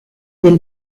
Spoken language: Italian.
del